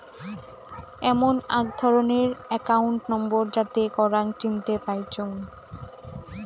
এমন আক ধরণের একাউন্ট নম্বর যাতে করাং চিনতে পাইচুঙ